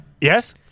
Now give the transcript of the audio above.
Yes